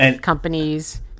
companies